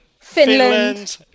Finland